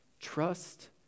Trust